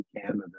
Canada